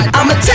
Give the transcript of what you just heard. I'ma